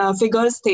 figures